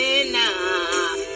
enough